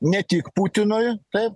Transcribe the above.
ne tik putinui taip